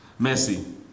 Messi